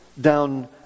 down